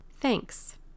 Thanks